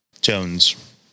Jones